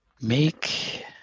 make